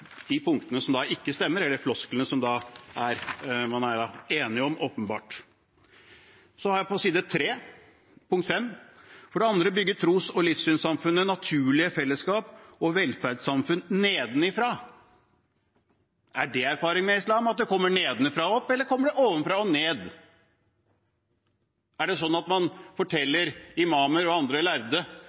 de punktene som ikke stemmer – eller flosklene – som man er enige om, åpenbart. På side 10 står også mitt femte eksempel: «For det andre bygger tros- og livssynssamfunnene naturlige fellesskap og velferdssamfunn nedenfra.» Er det erfaringen med islam, at det kommer nedenfra og opp? Eller kommer det ovenfra og ned? Er det slik at man forteller imamer og andre lærde